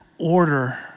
order